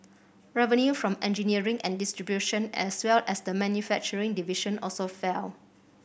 revenue from engineering and distribution as well as the manufacturing division also fell